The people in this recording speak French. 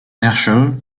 herschel